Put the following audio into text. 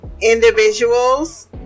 individuals